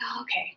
okay